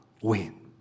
win